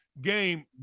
game